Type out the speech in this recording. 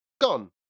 gone